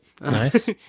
Nice